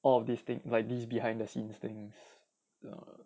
all of these things like these behind the scene things err